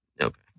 Okay